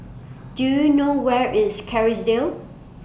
Do YOU know Where IS Kerrisdale